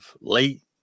late